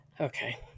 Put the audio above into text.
Okay